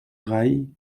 rails